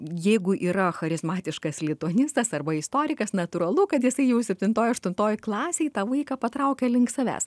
jeigu yra charizmatiškas lituanistas arba istorikas natūralu kad jisai jau septintoj aštuntoj klasėj tą vaiką patraukia link savęs